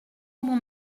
mon